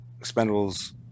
Expendables